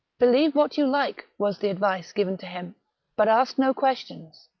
believe what you like, was the advice given to him but ask no questions.